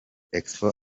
expo